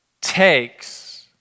takes